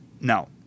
no